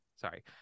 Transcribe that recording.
Sorry